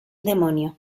demonio